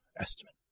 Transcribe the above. estimate